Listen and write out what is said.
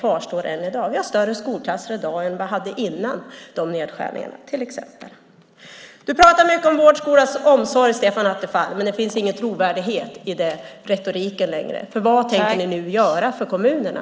Vi har till exempel större skolklasser i dag än vi hade före dessa nedskärningar. Du talar mycket om vård, skola och omsorg, Stefan Attefall, men det finns ingen trovärdighet i den retoriken längre. Vad tänker ni göra för kommunerna?